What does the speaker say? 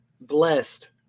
blessed